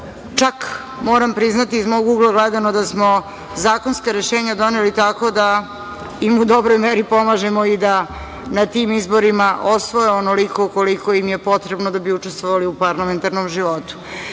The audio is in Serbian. Čak, moram priznati, iz mog ugla gledano, da smo zakonska rešenja doneli tako da im u dobroj meri pomažemo i da na tim izborima osvoje onoliko koliko im je potrebno da bi učestvovali u parlamentarnom životu. Sve